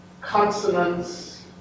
consonants